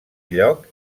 lloc